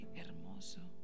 hermoso